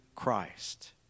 Christ